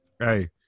hey